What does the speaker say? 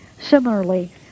Similarly